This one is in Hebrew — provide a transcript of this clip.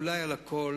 אולי מעל הכול,